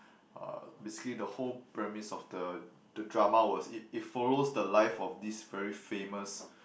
uh basically the whole premise of the the drama was it it follows the life of this very famous